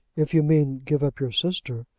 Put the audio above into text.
if you mean give up your sister,